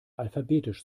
alphabetisch